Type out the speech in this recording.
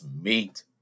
meat